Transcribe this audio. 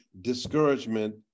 discouragement